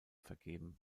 vergeben